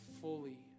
fully